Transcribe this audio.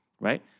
right